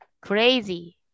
crazy